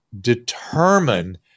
determine